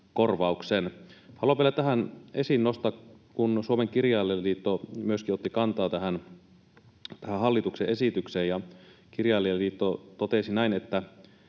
Haluan vielä tähän esiin nostaa, että kun Suomen Kirjailijaliitto myöskin otti kantaa tähän hallituksen esitykseen, niin Kirjailijaliitto totesi, että